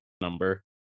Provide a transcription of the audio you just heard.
number